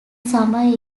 summer